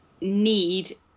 need